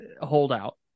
holdout